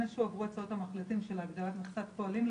לפני שהועברו הצעות המחליטים של הגדלת מכסת הפועלים,